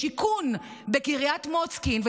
לשיכון בקריית מוצקין,